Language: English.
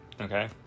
Okay